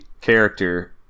character